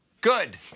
Good